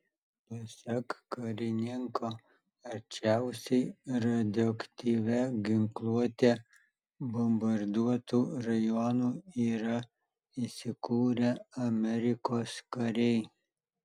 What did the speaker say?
pasak karininko arčiausiai radioaktyvia ginkluote bombarduotų rajonų yra įsikūrę amerikos kariai